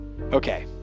Okay